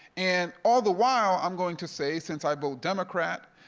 and all the while i'm going to say since i vote democrat,